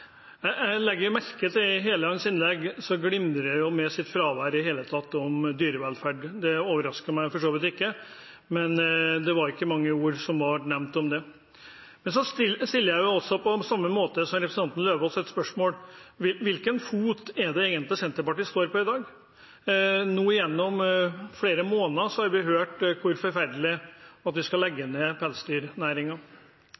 Jeg legger merke til at i hele hans innlegg glimrer dyrevelferd med sitt fravær. Det overrasker meg for så vidt ikke, det var ikke mange ord som var nevnt om det. Så stiller jeg på samme måte som representanten Eidem Løvaas spørsmålet: Hvilken fot er det egentlig Senterpartiet står på i dag? Gjennom flere måneder har vi hørt hvor forferdelig det er at vi skal